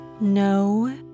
no